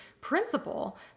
principle